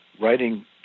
writing